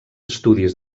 estudis